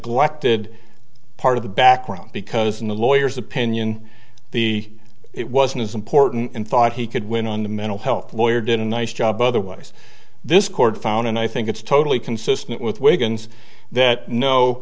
neglected part of the background because in the lawyers opinion the it wasn't important and thought he could win on the mental health lawyer didn't nice job otherwise this court found and i think it's totally consistent with wigan's that no